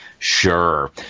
Sure